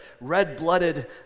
red-blooded